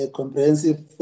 comprehensive